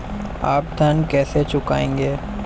आप ऋण कैसे चुकाएंगे?